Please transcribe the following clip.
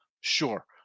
sure